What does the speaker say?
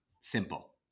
simple